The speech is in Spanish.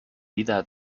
vida